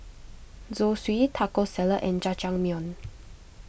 Zosui Taco Salad and Jajangmyeon